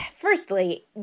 firstly